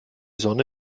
sonne